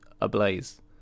ablaze